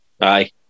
Aye